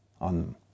on